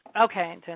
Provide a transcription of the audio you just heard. Okay